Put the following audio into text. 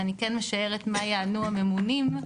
אני כן משערת מה יענו הממונים,